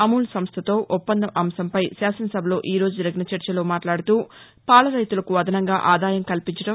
అమూల్ సంస్థతో ఒప్పందం అంశంపై శాసనసభలో ఈరోజు జరిగిన చర్చలో మాట్లాడుతూ పాల రైతులకు అదనంగా ఆదాయం కల్పించడం